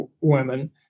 women